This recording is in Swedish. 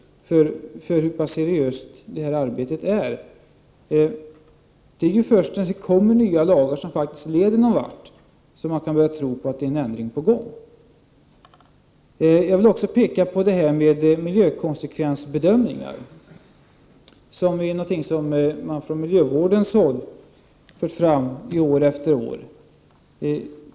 Jag undrar nämligen hur pass seriöst detta arbete är. Det är ju först när det stiftas nya lagar som man märker att arbetet faktiskt leder någon vart och att man verkligen kan börja tro att en förändring är på gång. Sedan till detta med miljökonsekvensbedömningarna. Personer som representerar miljövården har år efter år fört fram önskemål på detta område.